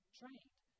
trained